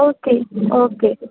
okay okay